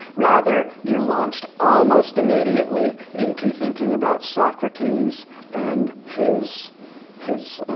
rather you're launched almost immediately into thinking about socrates and his his